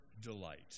delight